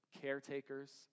caretakers